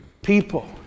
people